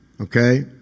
Okay